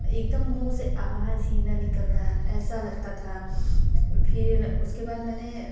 एक दम मूँह से आवाज़ ही ना निकलना ऐसा लगता था फिर उसके बाद मैंने